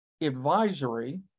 advisory